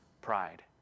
pride